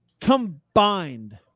Combined